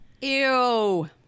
ew